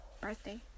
Birthday